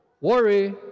worry